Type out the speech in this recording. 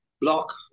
block